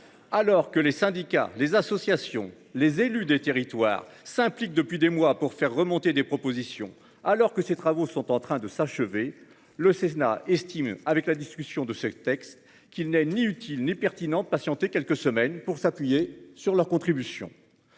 alors que les syndicats, les associations, les élus des territoires s'implique depuis des mois pour faire remonter des propositions alors que ces travaux sont en train de s'achever le Cesena estime avec la discussion de ce texte qu'il n'est ni utile ni pertinente patienter quelques semaines pour s'appuyer sur leur contribution.